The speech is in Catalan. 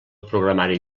programari